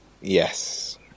Yes